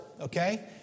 okay